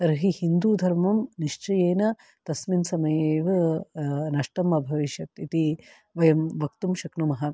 तर्हि हिन्दुधर्मं निश्चयेन तस्मिन् समये एव नष्टं अभविष्यत् इति वयं वक्तुं शक्नुमः